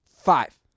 Five